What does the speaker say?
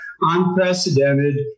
unprecedented